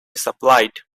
supplied